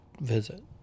visit